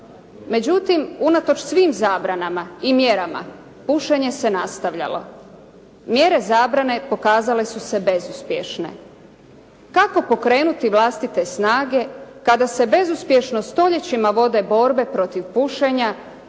Međutim, unatoč svim zabranama i mjerama pušenje se nastavljalo. Mjere zabrane pokazale su se bezuspješne. Kako pokrenuti vlastite snage kada se bezuspješno stoljećima vode borbe protiv pušenja